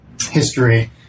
history